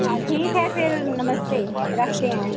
हाँ ठीक है फिर नमस्ते रखते हैं